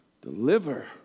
deliver